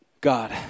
God